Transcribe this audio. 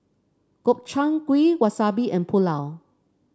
Gobchang Gui Wasabi and Pulao